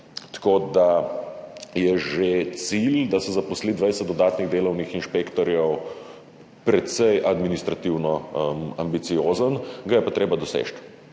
Tako da je že cilj, da se zaposli 20 dodatnih delovnih inšpektorjev, precej administrativno ambiciozen, ga je pa treba doseči.